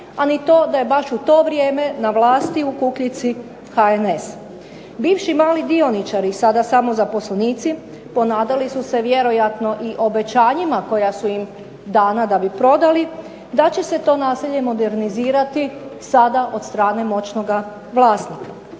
a ni to da je baš u to vrijeme na vlasti u Kukljici HNS. Bivši mali dioničari, sada samo zaposlenici ponadali su se vjerojatno i obećanjima koja su im dana da bi prodali, da će se to naselje modernizirati sada od strane moćnoga vlasnika.